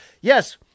yes—